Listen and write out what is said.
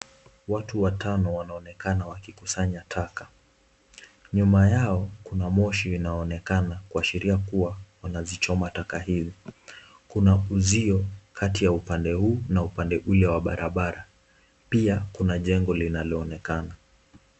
Watu watano wanaonekana wakikusanya taka. Nyuma yao kuna moshi inaonekana kuashiria kuwa wanazichoma taka hizi. Kuna uzio kati ya upande huu na upande ule wa barabara. Pia, kuna jengo linaloonekana.